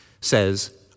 says